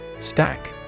Stack